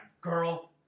girl